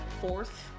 fourth